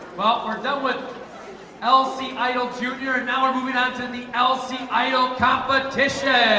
well, we're done with lc idol jr. and now we're moving on to the lc idol competition